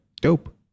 Dope